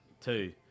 Two